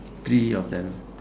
three of them